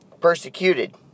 Persecuted